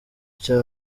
cye